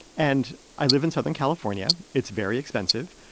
and i live in southern california. it's very expensive.